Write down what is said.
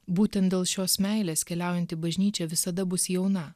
būtent dėl šios meilės keliaujanti bažnyčia visada bus jauna